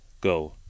Go